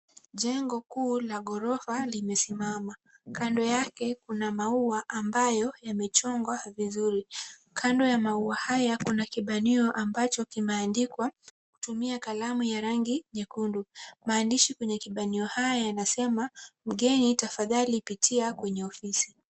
Jengo kuu la ghorofa limesimama. Kando yake kuna maua ambayo yamechongwa vizuri. Kando ya maua haya kuna kibanio ambacho kimeandikwa kutumia kalamu nyekundu. Maandishi kwenye kibanio haya yanasema mgeni tafadhali pitia kwenye ofisi.